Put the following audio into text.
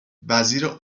وزیر